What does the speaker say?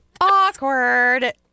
Awkward